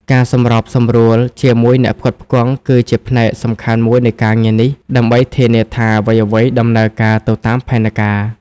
ការសម្របសម្រួលជាមួយអ្នកផ្គត់ផ្គង់គឺជាផ្នែកសំខាន់មួយនៃការងារនេះ ដើម្បីធានាថាអ្វីៗដំណើរការទៅតាមផែនការ។